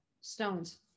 stones